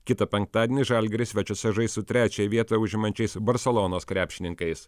kitą penktadienį žalgiris svečiuose žais su trečiąją vietą užimančiais barselonos krepšininkais